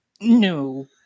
No